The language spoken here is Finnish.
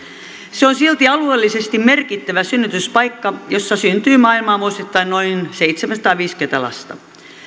se on silti alueellisesti merkittävä synnytyspaikka jossa syntyy maailmaan vuosittain noin seitsemänsataaviisikymmentä lasta